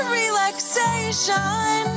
relaxation